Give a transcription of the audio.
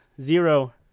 Zero